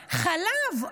חלב,